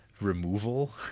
removal